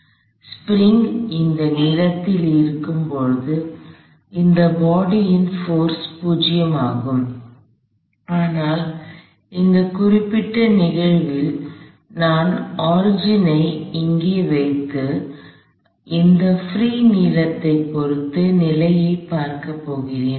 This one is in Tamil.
எனவே ஸ்ப்ரிங் அந்த நீளத்தில் இருக்கும்போது இந்த பாடி ன் போர்ஸ் 0 ஆகும் ஆனால் இந்த குறிப்பிட்ட நிகழ்வில் நான் ஒரிஜின் ஐ அங்கே வைத்து அந்த பிரீ நீளத்தைப் பொறுத்து நிலையைப் பார்க்கப் போகிறேன்